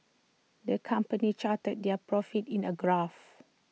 the company charted their profits in A graph